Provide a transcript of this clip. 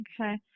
Okay